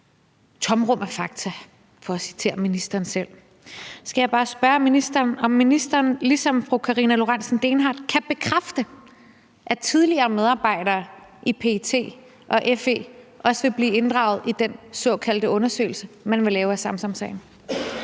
tomrum af fakta, for at citere ministeren selv. Så skal jeg bare spørge ministeren, om ministeren ligesom fru Karina Lorentzen Dehnhardt kan bekræfte, at tidligere medarbejdere i PET og FE også vil blive inddraget i den såkaldte undersøgelse, man vil lave, af Samsamsagen.